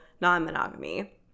non-monogamy